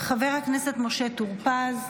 חבר הכנסת משה טור פז,